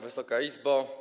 Wysoka Izbo!